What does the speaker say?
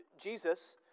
Jesus